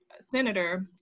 Senator